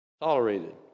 tolerated